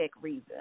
reason